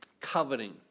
coveting